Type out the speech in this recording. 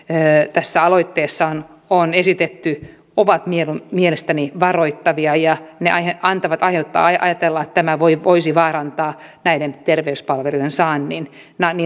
tässä aloitteessa on on esitetty ovat mielestäni varoittavia ja ne antavat aihetta ajatella että tämä voisi vaarantaa näiden terveyspalvelujen saannin